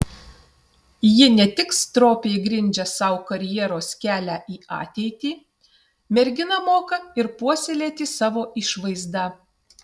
ji ne tik stropiai grindžiasi sau karjeros kelią į ateitį mergina moka ir puoselėti savo išvaizdą